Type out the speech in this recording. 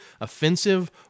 offensive